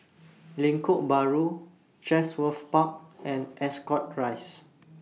Lengkok Bahru Chatsworth Park and Ascot Rise